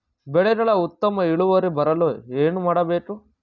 ಬೆಳೆಗಳ ಉತ್ತಮ ಇಳುವರಿ ಬರಲು ಏನು ಮಾಡಬೇಕು?